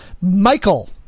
Michael